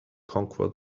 conquer